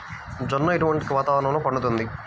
జొన్న ఎటువంటి వాతావరణంలో పండుతుంది?